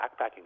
backpacking